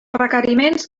requeriments